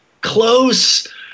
close